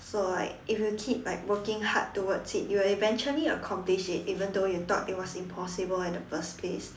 so like if you keep like working hard towards it you will eventually accomplish it even though you thought it was impossible in the first place